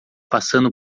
passando